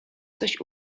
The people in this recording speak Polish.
coś